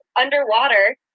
Underwater